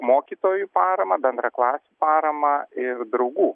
mokytojų paramą bendraklasių paramą ir draugų